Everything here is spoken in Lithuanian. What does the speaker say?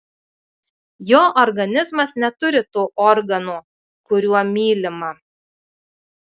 jo organizmas neturi to organo kuriuo mylima